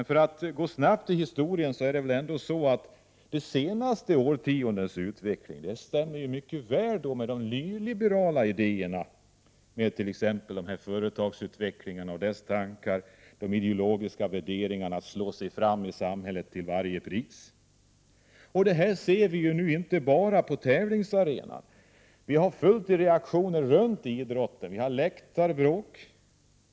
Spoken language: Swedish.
För att gå snabbt i historien så är det väl ändå så att de senaste årtiondenas utveckling mycket väl stämmer överens med de nyliberala idéerna om t.ex. företagsutveckling och de ideologiska värderingarna att slå sig fram i samhället till varje pris. Detta ser vi nu inte bara på tävlingsarenan utan också runt omkring idrotten. Vi har reaktioner på många sätt. Vi har läktarbråk.